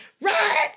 Right